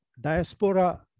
diaspora